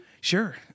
Sure